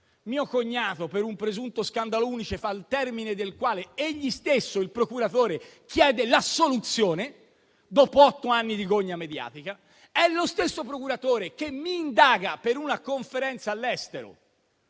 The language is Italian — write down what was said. mio cognato per un presunto scandalo UNICEF, al termine del quale egli stesso, il procuratore, chiede l'assoluzione, dopo otto anni di gogna mediatica; è lo stesso procuratore che mi indaga per una conferenza all'estero